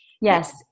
Yes